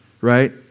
right